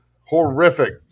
Horrific